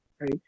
right